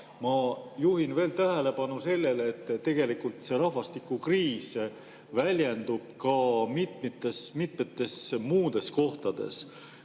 ma juhin veel tähelepanu sellele, et tegelikult see rahvastikukriis väljendub ka mitmetes muudes kohtades.